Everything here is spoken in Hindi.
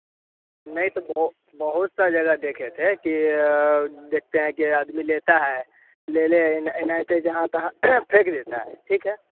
नहीं तो बहु बहुत सा जगह देखे थे कि देखते है कि यह आदमी लेता है ले ले नह नहीं ते जहाँ तहाँ फेंक देता है ठीक है